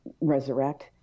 resurrect